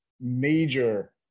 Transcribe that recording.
major